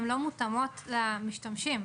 הן לא מותאמות למשתמשים,